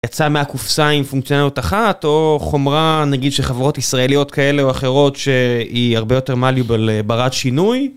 יצאה מהקופסה עם פונקציונליות אחת או חומרה נגיד של חברות ישראליות כאלה או אחרות שהיא הרבה יותר maluable ברת שינוי.